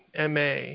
MA